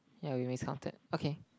ya we miscounted okay